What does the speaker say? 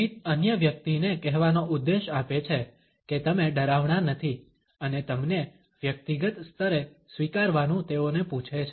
સ્મિત અન્ય વ્યક્તિને કહેવાનો ઉદ્દેશ આપે છે કે તમે ડરાવણા નથી અને તમને વ્યક્તિગત સ્તરે સ્વીકારવાનું તેઓને પુછે છે